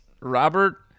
Robert